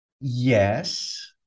Yes